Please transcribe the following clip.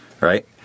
right